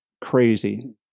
crazy